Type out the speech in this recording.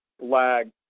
lag